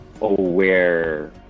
aware